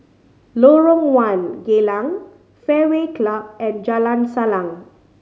Lorong One Geylang Fairway Club and Jalan Salang